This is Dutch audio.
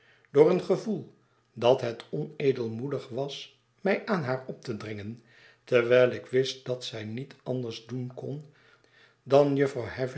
door een gevoel dat het onedelmoedi was mij aan haar op te dringen terwijl ik wist dat zij niet anders doen kon dan jufvrouw